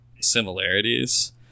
similarities